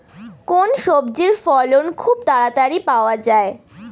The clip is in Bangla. কোন সবজির ফলন খুব তাড়াতাড়ি পাওয়া যায়?